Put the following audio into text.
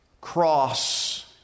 cross